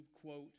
quote